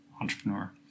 entrepreneur